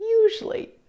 usually